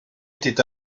était